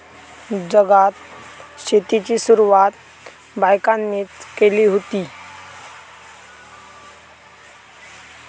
जगात शेतीची सुरवात बायकांनीच केली हुती